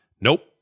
Nope